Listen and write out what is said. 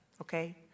okay